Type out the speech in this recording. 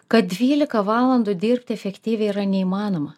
kad dvylika valandų dirbti efektyviai yra neįmanoma